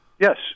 yes